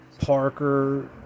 Parker